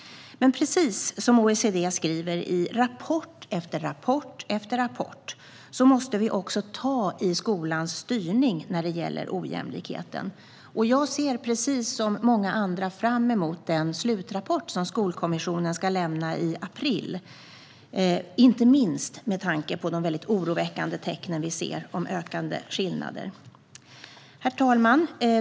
Precis som OECD skriver i rapport efter rapport måste vi också ta i skolans styrning när det gäller ojämlikheten. Liksom många andra ser jag fram emot Skolkommissionens slutrapport i april, inte minst med tanke på de oroväckande tecken vi ser på ökande skillnader. Herr talman!